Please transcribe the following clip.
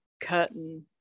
Curtain